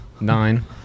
Nine